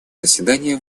заседании